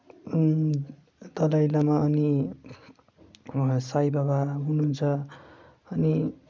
दलाई लामा अनि साई बाबा हुनुहुन्छ अनि